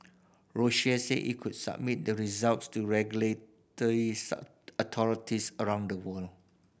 Roche said it could submit the results to regulatory authorities around the world